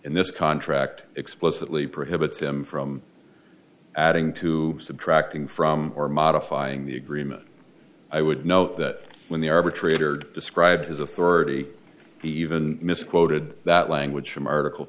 in this contract explicitly prohibits him from adding to subtracting from or modifying the agreement i would note that when the arbitrator described his authority he even misquoted that language from article